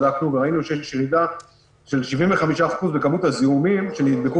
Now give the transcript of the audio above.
בדקנו וראינו שיש ירידה של 75% בכמות הזיהומים שנדבקו